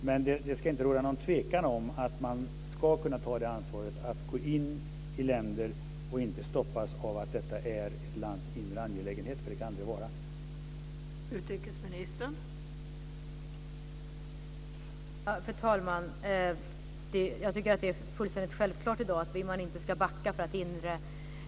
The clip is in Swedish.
Men det ska inte råda någon tvekan om att man ska kunna ta ansvaret för att gå in i länder, och inte stoppas av att något skulle vara ett lands inre angelägenhet. Så kan det aldrig vara.